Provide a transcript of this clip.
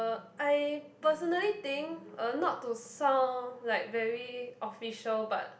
uh I personally think uh not to sound like very official but